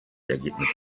ergebnis